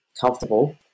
comfortable